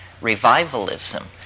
revivalism